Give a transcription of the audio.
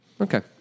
Okay